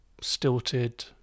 stilted